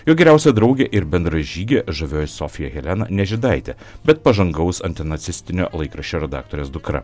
jo geriausia draugė ir bendražygė žavioji sofija helena ne žydaitė bet pažangaus antinacistinio laikraščio redaktorės dukra